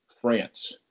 France